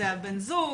זה בן הזוג,